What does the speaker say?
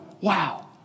wow